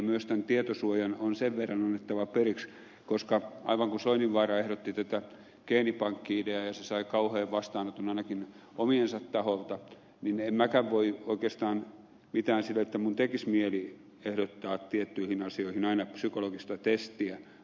myös tietosuojan on sen verran annettava periksi koska aivan niin kuin soininvaara ehdotti geenipankki ideaa ja se sai kauhean vastaanoton ainakin omiensa taholta en minäkään voi oikeastaan mitään sille että minun tekisi mieleni ehdottaa tiettyihin asioihin aina psykologista testiä